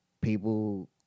people